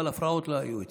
אבל הפרעות לא היו אצלי.